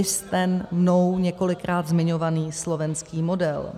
Viz ten mnou několikrát zmiňovaný slovenský model.